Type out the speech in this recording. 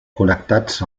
connectats